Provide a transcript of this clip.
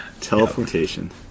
teleportation